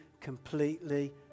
completely